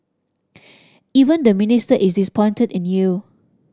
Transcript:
even the Minister is disappointed in you